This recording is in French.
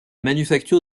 manufacture